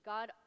God